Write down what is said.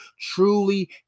truly